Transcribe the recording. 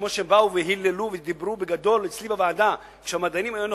כמו שהם באו והיללו ודיברו בגדול אצלי בוועדה כשמדענים היו נוכחים,